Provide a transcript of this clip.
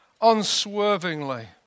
unswervingly